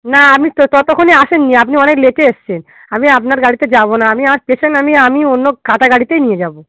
না আপনি ততক্ষণে আসেন নি আপনি অনেক লেটে এসছেন আমি আপনার গাড়িতে যাবো না আমি আর পেশেন্ট আমি আমি অন্য খাটা গাড়িতেই নিয়ে যাবো